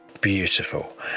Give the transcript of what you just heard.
beautiful